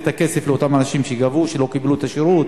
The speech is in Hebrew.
את הכסף לאותם אנשים שגבו מהם והם לא קיבלו את השירות.